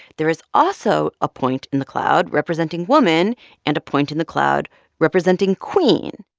there is also a point in the cloud representing woman and a point in the cloud representing queen.